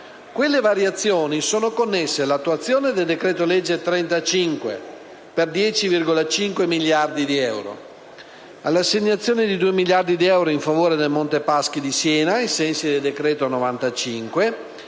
Quelle variazioni sono connesse all'attuazione del decreto-legge n. 35, per 10,5 miliardi di euro; all'assegnazione di 2 miliardi di euro in favore del Monte dei Paschi di Siena, ai sensi del decreto-legge